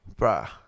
Bruh